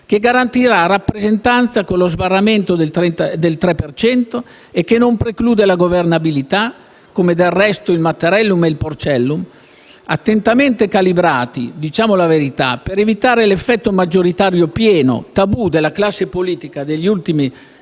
che garantirà rappresentanza con lo sbarramento del 3 per cento e che non preclude la governabilità, come del resto il Mattarellum e il Porcellum, attentamente calibrati, diciamo la verità, per evitare l'effetto maggioritario pieno, tabù della classe politica degli ultimi vent'anni,